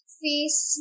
face